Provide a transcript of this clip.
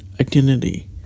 identity